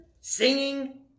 Singing